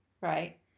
Right